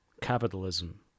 capitalism